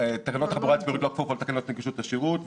תקנות התחבורה הציבורית לא כפופות לתקנות נגישות השירות,